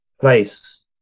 place